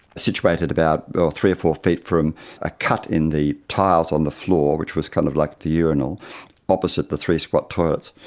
situated about three or four feet from a cut in the tiles on the floor which was kind of like the urinal opposite the three squat toilets,